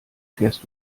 fährst